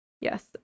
Yes